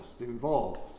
involved